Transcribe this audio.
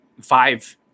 five